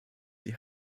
sie